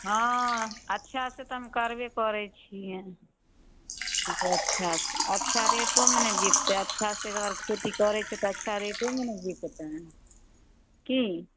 हँ अच्छासँ तऽ हम करबे करै छियै खूब अच्छासँ अच्छा रेटोमे ने बिकतै अच्छासँ अगर खेती करै छियै तऽ अच्छा रेटोमे ने बिकतै की